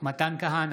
מתן כהנא,